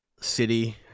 City